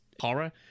horror